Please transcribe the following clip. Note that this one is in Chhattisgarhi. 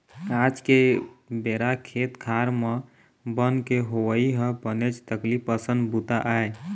आज के बेरा खेत खार म बन के होवई ह बनेच तकलीफ असन बूता आय